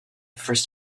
first